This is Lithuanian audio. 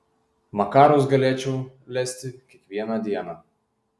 makarus galėčiau lesti kiekvieną dieną